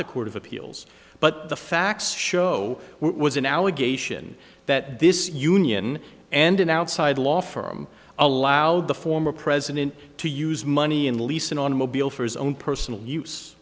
the court of appeals but the facts show was an allegation that this union and an outside law firm allowed the former president to use money and lease an automobile for his own personal use